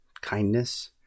kindness